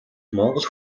монгол